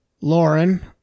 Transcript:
Lauren